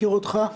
מכיר אותך,